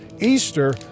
Easter